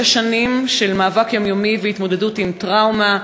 שש שנים של מאבק יומיומי והתמודדות עם טראומה,